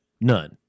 None